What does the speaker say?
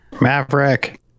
Maverick